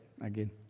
again